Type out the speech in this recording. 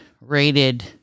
rated